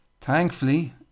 Thankfully